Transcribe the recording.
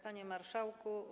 Panie Marszałku!